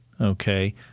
okay